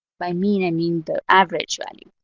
by mean, i mean the average value.